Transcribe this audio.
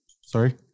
Sorry